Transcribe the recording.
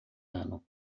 ano